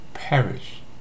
perish